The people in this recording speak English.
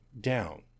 down